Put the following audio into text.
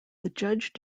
judge